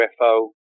UFO